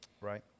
Right